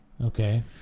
Okay